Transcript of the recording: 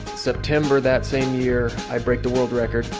september that same year, i break the world record.